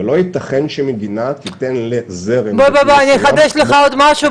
ולא יתכן שמדינה תיתן לזרם --- בוא אני אחדש לך עוד משהו,